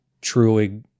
truly